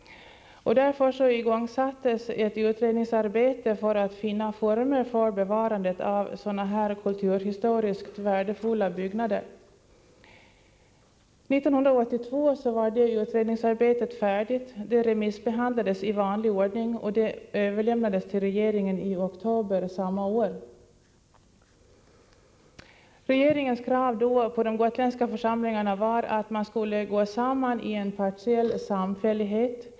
Därför igångsattes ett utredningsarbete för att finna lämpliga former för bevarandet av sådana här kulturhistoriskt värdefulla byggnader. 1982 var utredningen färdig. Den remissbehandlades i vanlig ordning och överlämnades till regeringen i oktober samma år. Regeringens krav då på de gotländska församlingarna var att de skulle gå samman i en partiell samfällighet.